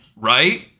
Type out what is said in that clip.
right